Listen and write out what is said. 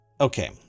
okay